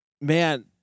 Man